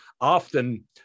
often